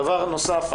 דבר נוסף.